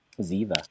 Ziva